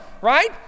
right